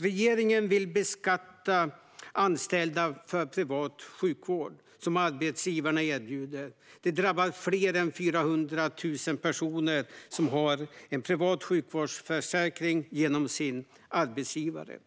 Regeringen vill beskatta anställda för privat sjukvård som arbetsgivarna erbjuder. Detta drabbar fler än 400 000 personer som har en privat sjukvårdsförsäkring genom sin arbetsgivare.